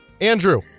Andrew